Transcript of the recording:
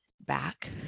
back